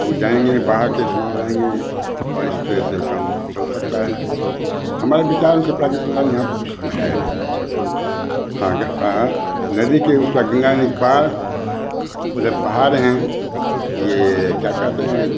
लोग जाएँगे बाहर के समान लाएँगे और इस तरह से काम चल सकता है हमारे विचार से प्राकृतिक संसाधन यहाँ पे कुछ है नहीं अच्छा व्यापक हाँ हाँ नदी के उस पार गंगा नदी के पार उधर पहाड़ हैं ये क्या कहते हैं